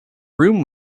room